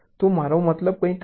તો મારો મતલબ કંઈક આવો છે